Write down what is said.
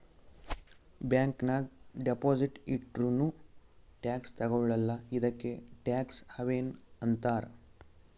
bank ನಾಗ್ deposit ಇಟ್ಟುರ್ನೂ tax ತಗೊಳಲ್ಲ ಇದ್ದುಕೆ ಟ್ಯಾಕ್ಸ್ ಹವೆನ್ ಅಂತಾರ್